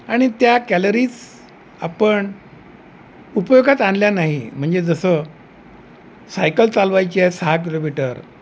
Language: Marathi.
आणि त्या कॅलरीज आपण उपयोगात आणल्या नाही म्हणजे जसं सायकल चालवायची आहे सहा किलोमीटर